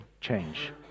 change